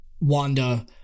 Wanda